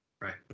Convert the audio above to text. right